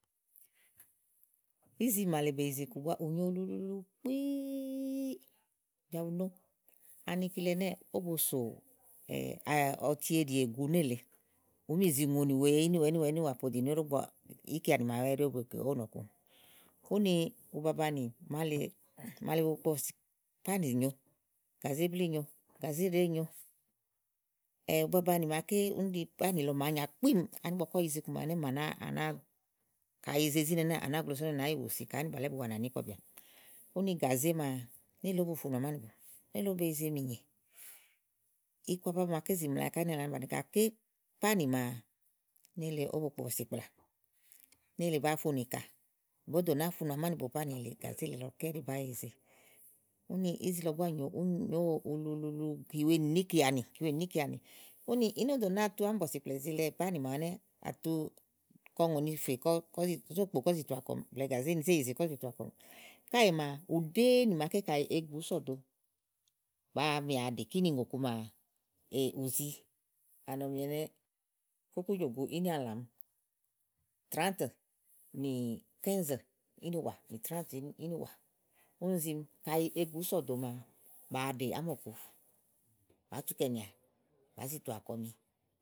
ízi màa lèe bèe yize iku ù nyo ulu ulu luulu kpííí bíá bù no ani kile ɛnɛ́ɛ, ówò bo sò ɔtièɖìègu nélèe ùú ni zìi ùŋonì wèe ínìwà, ínìwà ínìwà poɖìnì óɖò ígbɔ íkeanì màaɖu ɛɖí ówó be kè ówó nɔ̀ku úni ubabanì màa lèe bèe, màa lèe bo kpo bɔ̀sìkpi pánì nyòo, gàzéblí nyo gàzéɖèé nyo ubabanì màaké ɖi pánì lɔ màanyà kpíìmù ani ígbɔké ɔwɛ yize iku màawu ɛnɛ́ màa à nàáa, à nàáa, kayi è yize izine ɛnɛ́ɛ̀ à nàáa gloso nélèe à nàá yi wùsi, kayi ánìbàlɛ́ bu wa, à nà ní kɔbìà. úni gàzé maa nélèe ówó bo funù amánìbo nélèe ówó be yize mìnyè iku aba màaké zì mla ká nélèe ówó ba bàni gàké pánì maa nélèe owo bo kpo bɔ̀sìkplà, nélèe bàáa funù ìkà bó do nàá funu amánìbo pánì èleè gàzé lèe lɔ ké ɛɖí bàáa yize. úni ízi lɔ búá nyòo úni nyoówò uluulu kìwèe níìkeanì kìwèe níìkeanì úni í nó do nàáa tu ámìbɔ̀sìkplà ìzilɛ pánì màawu ɛnɛ́ àtu kɔùŋò nì fè kɔ, kɔ́ zi, zó kpòo kɔ́ zi tùu àwa kɔmiì. blɛ̀ɛ gàzé ni zé yìize kɔ̀ zi tùu àwa kɔmiì káèè maa ùɖèé nì màaké kayi egu ùú sɔɖòo bà mi wa ɖè kínì ùŋò ku maa ù zi ani ɔmi ɛnɛ́ fó kújò gùu ínìàlà ɔmi trããtɛ nì kínzɛ̀ ínìwà ínìwà nì trããtɛ̀ ínìwà úni zimi kayi egu ùú sɔdòo maa ba wa ɖè ámɔ̀ku ba tu kɛ̀nìà bàá zi tùu àwa kɔmì.